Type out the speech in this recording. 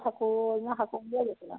শিলৰ সাঁকো সাঁকোৱে দিয়ে গৈছিলা